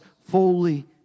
fully